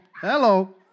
Hello